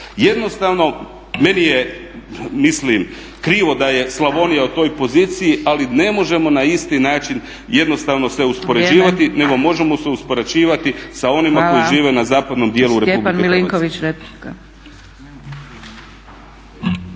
Jednostavno meni je mislim krivo da je Slavonija u toj poziciji, ali ne možemo na isti način jednostavno se uspoređivati … …/Upadica Zgrebec: Vrijeme./… … nego možemo se uspoređivati sa onima koji žive na zapadnom dijelu Republike Hrvatske.